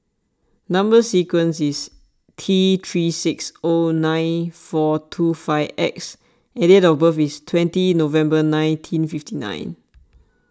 Number Sequence is T three six zero nine four two five X and date of birth is twenty November nineteen fifty nine